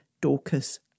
Dorcas